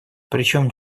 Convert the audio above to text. причем